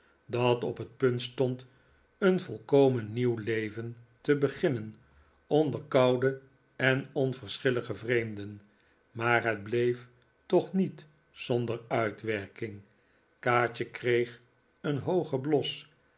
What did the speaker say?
dat op het punt stond een volkomen nieuw leven te beginnen onder koude en onverschillige vreemden maar het bleef toch niet zonder uitwerking kaatje kreeg een hoogen bios